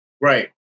Right